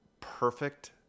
perfect –